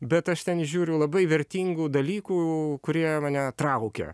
bet aš ten įžiūriu labai vertingų dalykų kurie mane traukia